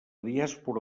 diàspora